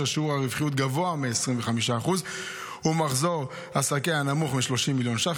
אשר שיעור רווחיותה גבוה מ-25% ומחזור עסקיה נמוך מ-30 מיליון ש"ח,